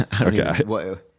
Okay